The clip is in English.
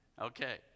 Okay